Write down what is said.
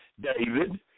David